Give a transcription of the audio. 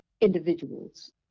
individuals